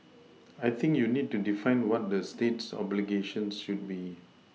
I think you need to define what the state's obligations should be